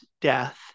death